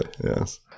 yes